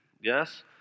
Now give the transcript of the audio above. yes